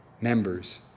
Members